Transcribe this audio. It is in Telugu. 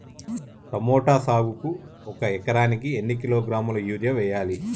టమోటా సాగుకు ఒక ఎకరానికి ఎన్ని కిలోగ్రాముల యూరియా వెయ్యాలి?